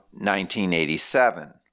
1987